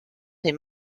des